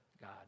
God